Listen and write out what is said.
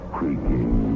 Creaking